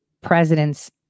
President's